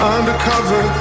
Undercover